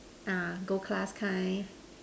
ah gold class kind